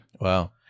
Wow